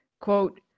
quote